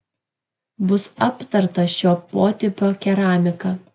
bus aptarta šio potipio keramika